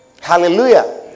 Hallelujah